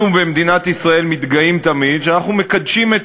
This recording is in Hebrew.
אנחנו במדינת ישראל מתגאים תמיד שאנחנו מקדשים את